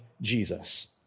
Jesus